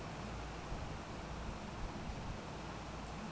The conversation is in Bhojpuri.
क्रेडिट कार्ड बनवाने खातिर ब्याज कितना परसेंट लगी?